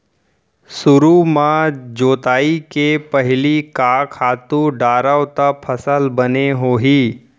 सुरु म जोताई के पहिली का खातू डारव त फसल बने होही?